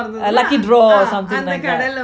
lucky draw or something like that